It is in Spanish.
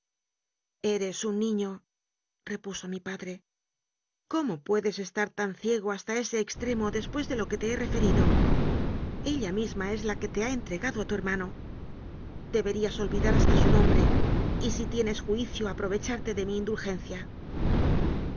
eres un niñorepuso mi padre cómo puedes estar cie go hasta ese extremo después de lo que te he re ferido ella misma es la que te ha entregado a tu hermano deberías olvidar hasta su nombre y si tienes juicio aprovecharte de mi indulgencia